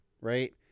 right